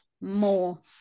more